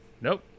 nope